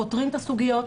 פותרים את הסוגיות,